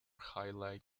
highlight